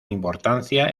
importancia